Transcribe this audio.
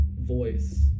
voice